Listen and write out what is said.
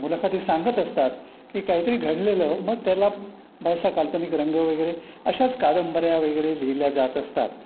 मुलाखती सांगत असतात की काही तरी घडलेलं मग त्याला बराचसा काल्पनिक रंग वगैरे अशाच कादंबऱ्या वगैरे लिहिल्या जात असतात